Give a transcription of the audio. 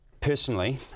Personally